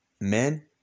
men